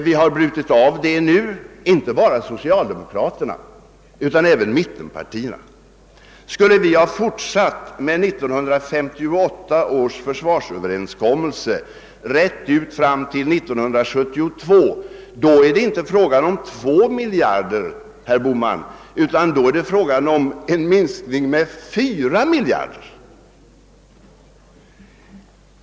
Vi har avbrutit den utvecklingen nu, vilket gäller inte bara socialdemokraterna utan även mittenpartierna. Om vi skulle ha fortsatt att tillämpa 1958 års försvarsöverenskommelse fram till 1972 skulle det vara fråga om, inte 2 miljarder, herr Bohman, utan då skulle det vara fråga om 4 miljarder.